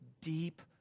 deep